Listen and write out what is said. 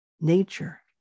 nature